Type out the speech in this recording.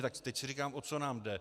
Tak teď si říkám, o co nám jde?